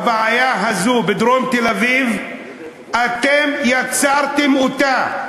הבעיה הזאת בדרום תל-אביב, אתם יצרתם אותה.